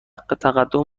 تقدم